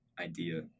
idea